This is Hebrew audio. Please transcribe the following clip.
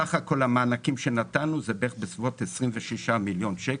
סך הכול המענקים שנתנו זה בערך 26 מיליון שקלים.